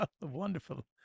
Wonderful